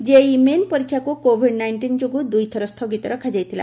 JEE main ପରୀକ୍ଷାକୁ Covid nineteen ଯୋଗୁଁ ଦୁଇ ଥର ସ୍ଥଗିତ ରଖାଯାଇଥିଲା